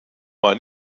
war